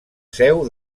seu